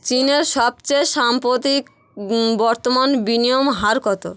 চীনে সবচেয়ে সাম্প্রতিক বর্তমান বিনিয়ম হার কত